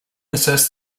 assessed